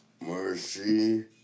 Mercy